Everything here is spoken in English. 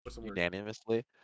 unanimously